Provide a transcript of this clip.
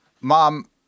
Mom